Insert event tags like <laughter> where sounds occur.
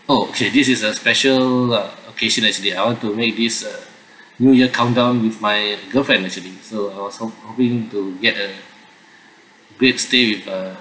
okay this is a special uh occasion actually I want to make this uh <breath> new year countdown with my girlfriend actually so I was hoping to get a great stay with a